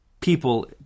people